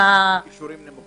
-- עם כישורים נמוכים.